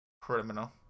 Criminal